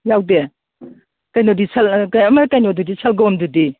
ꯌꯥꯎꯗꯦ ꯀꯩꯅꯣꯗꯤ ꯑꯃ ꯀꯩꯅꯣꯗꯨꯗꯤ ꯁꯪꯒꯣꯝꯗꯨꯗꯤ